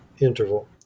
interval